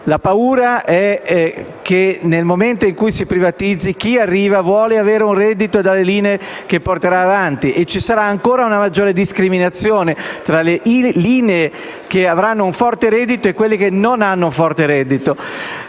la paura che nel momento in cui si privatizzi, chi arriva voglia avere un reddito dalle linee che porterà avanti e ci sarà ancora una maggiore discriminazione tra le linee che avranno un forte reddito e quelle che non lo hanno. Ad esempio,